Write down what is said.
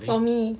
for me